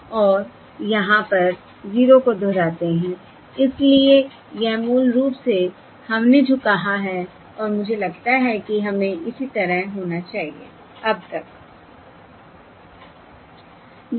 और यहां पर 0 को दोहराते हैं इसलिए यह मूल रूप से हमने जो कहा है और मुझे लगता है कि हमें इसी तरह होना चाहिए अब तक